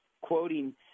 quoting